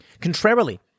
Contrarily